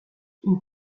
une